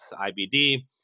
IBD